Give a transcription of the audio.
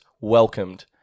welcomed